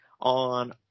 on